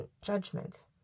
judgment